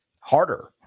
harder